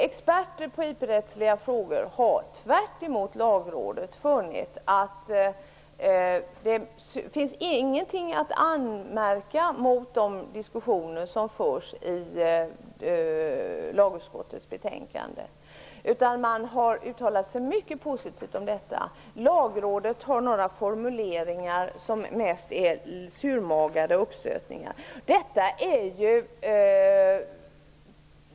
Experter på IP-rättsliga frågor har -- till skillnad från Lagrådet -- funnit att det inte finns någonting att anmärka mot de diskussioner som förs i lagutskottets betänkande; man har tvärtom uttalat sig mycket positivt om detta. Lagrådet har några formuleringar som mest är sura uppstötningar.